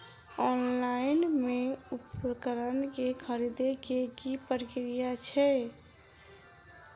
Online मे उपकरण केँ खरीदय केँ की प्रक्रिया छै?